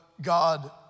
God